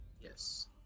Yes